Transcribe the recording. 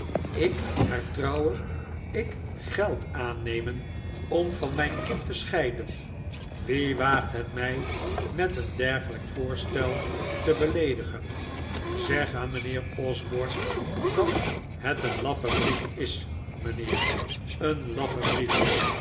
ik hertrouwen ik geld aannemen om van mijn kind te scheiden wie waagt het mij met een dergelijk voorstel te beleedigen zeg aan mijnheer osborne dat het een laffe brief is mijnheer een laffe brief